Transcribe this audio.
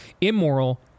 immoral